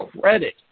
credit